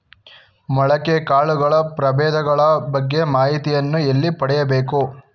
ಮೊಳಕೆ ಕಾಳುಗಳ ಪ್ರಭೇದಗಳ ಬಗ್ಗೆ ಮಾಹಿತಿಯನ್ನು ಎಲ್ಲಿ ಪಡೆಯಬೇಕು?